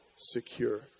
secure